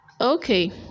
okay